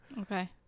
Okay